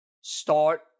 start